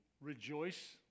rejoice